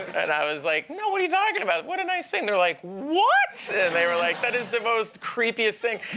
and i was like, no, what are you talking about? what a nice thing? they're like, what? and they were like, that is the most creepiest thing.